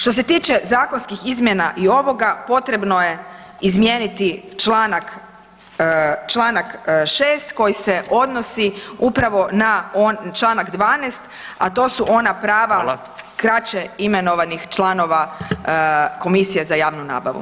Što se tiče zakonskih izmjena i ovoga potrebno je izmijeniti članak, Članak 6. koji se odnosi upravo na Članak 12., a to su ona prava [[Upadica: Hvala.]] kraće imenovanih članova komisije za javnu nabavu.